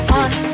one